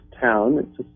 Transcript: town